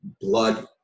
blood